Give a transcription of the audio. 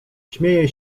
śmieje